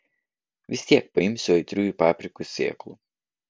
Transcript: vis tiek paimsiu aitriųjų paprikų sėklų